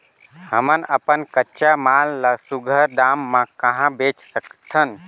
हमन अपन कच्चा माल ल सुघ्घर दाम म कहा बेच सकथन?